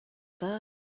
dda